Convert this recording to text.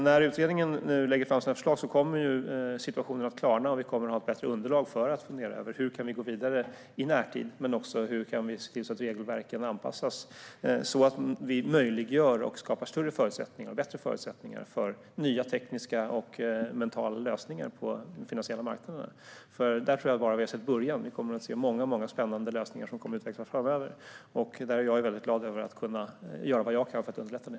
När utredningen lägger fram sina förslag kommer situationen att klarna, och vi kommer att ha ett bättre underlag för att fundera över hur vi kan gå vidare i närtid men också hur vi kan se till att regelverken anpassas så att vi möjliggör och skapar bättre förutsättningar för nya tekniska och mentala lösningar på den finansiella marknaden. Jag tror att vi bara har sett början där och kommer att se många spännande lösningar som kommer att utvecklas framöver. Jag är väldigt glad över att kunna göra vad jag kan för att underlätta det.